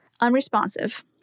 unresponsive